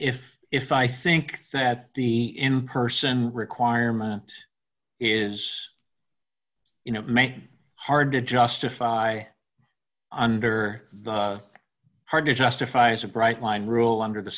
if if i think that the in person requirement is you know make hard to justify under the hard to justify is a bright line rule under the